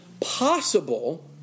possible